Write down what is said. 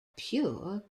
pure